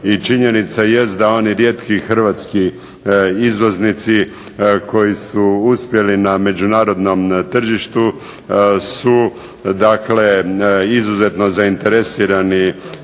I činjenica jest da oni rijetki hrvatski izvoznici koji su uspjeli na međunarodnom tržištu su dakle izuzetno zainteresirani